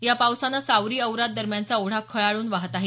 या पावसानं सावरी औराद दरम्यानचा ओढा खळाळून वाहत आहे